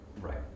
Right